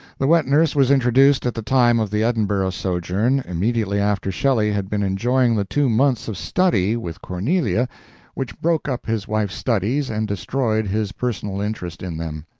the wet-nurse was introduced at the time of the edinburgh sojourn, immediately after shelley had been enjoying the two months of study with cornelia which broke up his wife's studies and destroyed his personal interest in them.